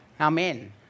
Amen